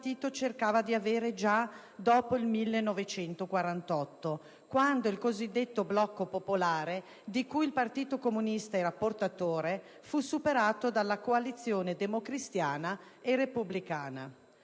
partito cercava di avere già dopo il 1948, quando il cosiddetto blocco popolare, di cui il Partito Comunista era portatore, fu superato dalla coalizione democristiana e repubblicana.